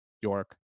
York